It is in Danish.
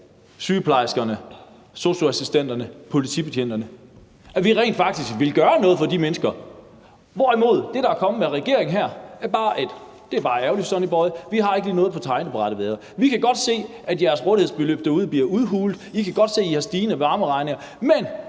sygeplejerskerne, sosu-assistenterne, politibetjentene – vi vil rent faktisk gøre noget for de mennesker – hvorimod det, der er kommet fra regeringen her, er et: Det er bare ærgerligt, Sonny Boy, vi har ikke lige noget på tegnebrættet. Vi kan godt se, at jeres rådighedsbeløb derude bliver udhulet, vi kan godt se, at I har stigende varmeregninger,